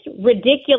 ridiculous